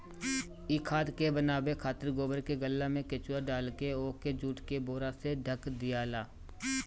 इ खाद के बनावे खातिर गोबर के गल्ला में केचुआ डालके ओके जुट के बोरा से ढक दियाला